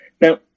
Now